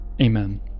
Amen